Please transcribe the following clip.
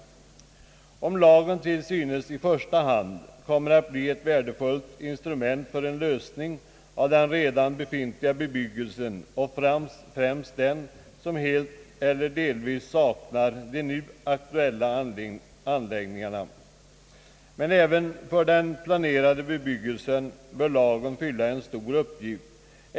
Lagen synes i första hand komma att bli ett värdefullt instrument för att lösa den redan befintliga bebyggelsens problem, främst den som helt eller delvis saknar de nu aktuella anläggningarna. Men även för den bebyggelse som planeras bör lagen fylla en stor uppgift.